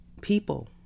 people